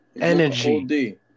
energy